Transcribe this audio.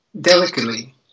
delicately